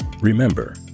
remember